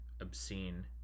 obscene